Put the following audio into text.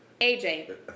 AJ